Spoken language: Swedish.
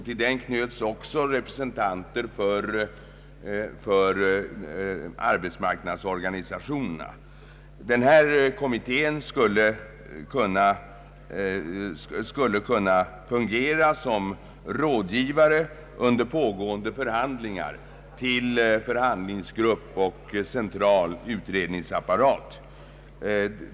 Till den knöts även representanter för arbetsmarknadsorganisationerna. Kommittén skulle kunna fungera som rådgivare under pågående förhandlingar till förhandlingsgrupper och central utredningsapparat. Den rådgivande kommittén knöts till kommerskollegium.